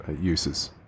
uses